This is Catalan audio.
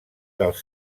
dels